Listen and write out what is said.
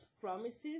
promises